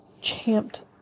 champed